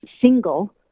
single